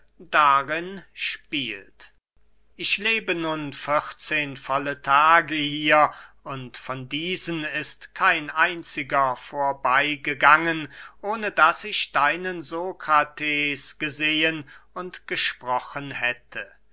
darin spielt ich lebe nun volle vierzehn tage hier und von diesen ist kein einziger vorbeygegangen ohne daß ich deinen sokrates gesehen und gesprochen hätte